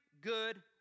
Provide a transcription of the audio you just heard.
good